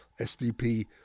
SDP